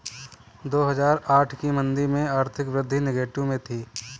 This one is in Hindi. दो हजार आठ की मंदी में आर्थिक वृद्धि नेगेटिव में थी